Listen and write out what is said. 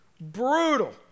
Brutal